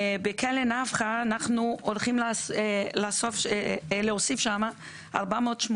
בכלא נפחא אנחנו הולכים להוסיף 480